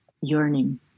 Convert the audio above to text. yearning